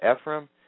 Ephraim